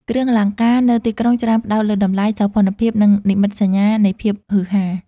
គ្រឿងអលង្ការនៅទីក្រុងច្រើនផ្តោតលើតម្លៃ សោភ័ណភាព និងនិមិត្តសញ្ញានៃភាពហ៊ឺហា។